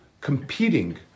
competing